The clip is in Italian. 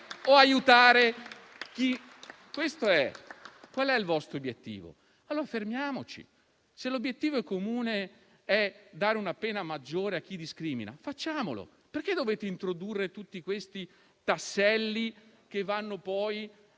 o aiutare? Qual è il vostro obiettivo? Fermiamoci. Se l'obiettivo comune è dare una pena maggiore a chi discrimina, facciamolo. Perché dovete introdurre tutti questi tasselli, che vanno poi